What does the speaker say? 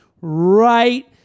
right